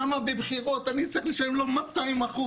למה בבחירות אני צריך לשלם לו 200 אחוזים?